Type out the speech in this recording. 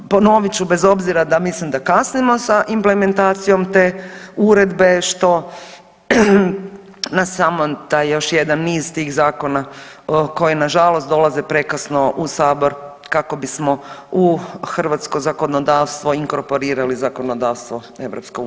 Ponovit ću bez obzira da mislim da kasnimo sa implementacijom te uredbe što nas samo taj jedan niz tih zakona koji na žalost dolaze prekasno u Sabor kako bismo u hrvatsko zakonodavstvo inkorporirali zakonodavstvo EU.